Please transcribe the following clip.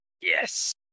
yes